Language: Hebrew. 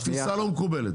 התפיסה לא מקובלת.